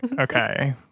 okay